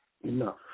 enough